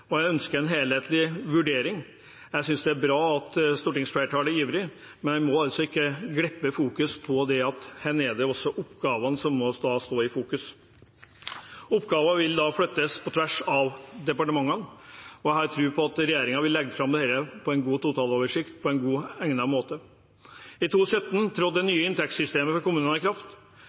og jeg ønsker en helhetlig vurdering. Jeg synes det er bra at stortingsflertallet er ivrig, men en må altså ikke glippe fokus på at det er oppgavene som må stå i fokus. Oppgaver vil da flyttes på tvers av departementene, og jeg har tro på at regjeringen vil legge fram dette i en god totaloversikt på en god og egnet måte. I 2017 trådte det nye inntektssystemet for kommunene i kraft.